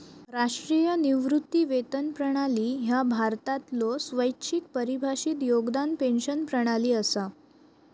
राष्ट्रीय निवृत्ती वेतन प्रणाली ह्या भारतातलो स्वैच्छिक परिभाषित योगदान पेन्शन प्रणाली असा